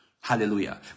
Hallelujah